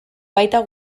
baita